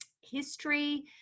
history